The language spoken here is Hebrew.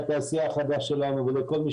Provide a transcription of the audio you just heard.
החיים שלהם, שלילדים שלהם יהיה קל.